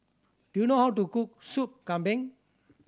do you know how to cook Sup Kambing